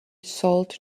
salt